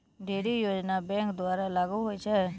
ढ़ेरी योजना बैंक द्वारा लागू होय छै